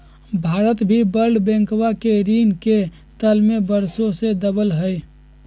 भारत भी वर्ल्ड बैंकवा के ऋण के तले वर्षों से दबल हई